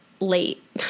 Late